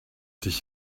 dich